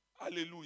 Hallelujah